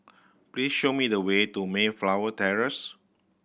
please show me the way to Mayflower Terrace